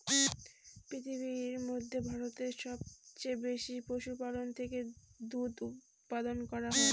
পৃথিবীর মধ্যে ভারতে সবচেয়ে বেশি পশুপালন থেকে দুধ উপাদান করা হয়